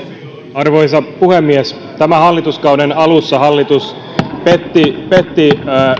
arvoisa puhemies tämän hallituskauden alussa hallitus petti petti